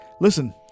Listen